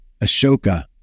Ashoka